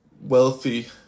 wealthy